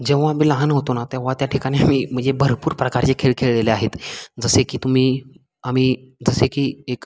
जेव्हा मी लहान होतो ना तेव्हा त्या ठिकाणी मी म्हणजे भरपूर प्रकारचे खेळ खेळलेले आहेत जसे की तुम्ही आम्ही जसे की एक